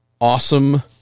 awesome